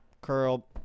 curl